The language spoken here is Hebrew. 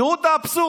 תראו את האבסורד.